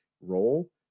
role